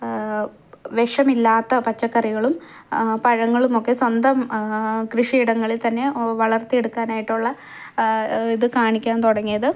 വിഷമില്ലാത്ത പച്ചക്കറികളും പഴങ്ങളും ഒക്കെ സ്വന്തം കൃഷിയിടങ്ങളിൽതന്നെ വളർത്തിയെടുക്കാനായിട്ടുള്ള ഇത് കാണിക്കാൻ തുടങ്ങിയത്